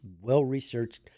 well-researched